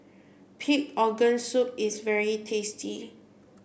pig organ soup is very tasty